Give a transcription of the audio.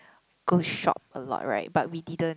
go shop a lot right but we didn't